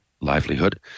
livelihood